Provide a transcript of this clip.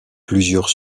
plusieurs